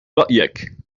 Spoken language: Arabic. رأيك